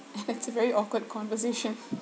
it's a very awkward conversation